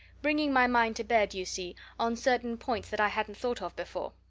bringing my mind to bear, do you see, on certain points that i hadn't thought of before.